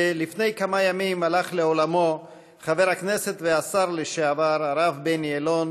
לפני כמה ימים הלך לעולמו חבר הכנסת והשר לשעבר הרב בני אלון,